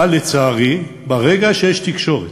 אבל, לצערי, ברגע שיש תקשורת,